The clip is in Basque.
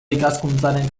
ikaskuntzaren